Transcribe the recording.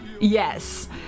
yes